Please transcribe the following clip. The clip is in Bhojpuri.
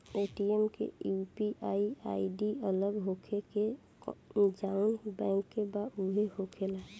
पेटीएम के यू.पी.आई आई.डी अलग होखेला की जाऊन बैंक के बा उहे होखेला?